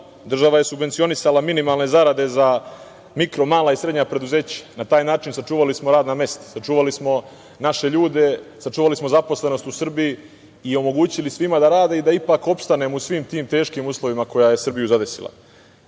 Država je subvencionisala minimalne zarade za mikro, mala i srednja preduzeća. Na taj način sačuvali smo radna mesta, sačuvali smo naše ljude, sačuvali smo zaposlenost u Srbiji i omogućili svima da rade i da ipak opstanemo u svim tim teškim uslovima koji su Srbiju zadesili. Kada